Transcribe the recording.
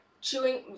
chewing